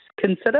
consider